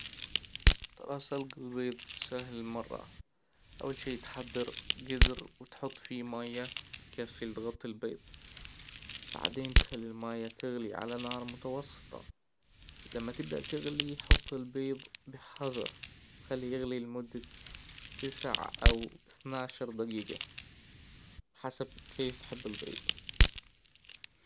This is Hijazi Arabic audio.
ترى سلج البيض سهل مرة: أول شئ تحضر جدر و تحط فيه مايه تكفى تغطى البيض بعدين تخلى المايه تغلى على نار متوسطة لما تبدأ تغلى حط البيض بحذر وخليه يغلى لمده تسع أو اتناشر دجيجة حسب كيف تحب البيض